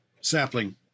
Sapling